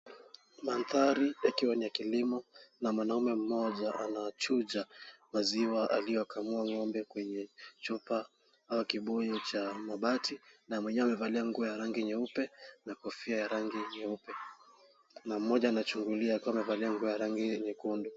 Mandhari ikiwa ni ya kilimo na mwanaume mmoja anachuja maziwa aliyokamua ng'ombe iliyo kwenye kibuyu au chupa cha mabati na mwenyewe amevalia nguo nyeupe na kofia ya rangi nyeupe na mmoja anachungulia akiewa amevalia nguo ya rangi nyekundu.